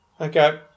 Okay